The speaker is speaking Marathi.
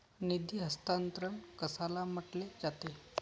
निधी हस्तांतरण कशाला म्हटले जाते?